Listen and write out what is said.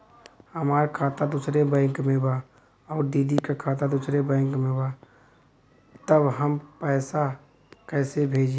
हमार खाता दूसरे बैंक में बा अउर दीदी का खाता दूसरे बैंक में बा तब हम कैसे पैसा भेजी?